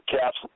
caps